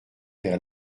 vers